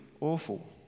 awful